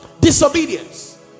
Disobedience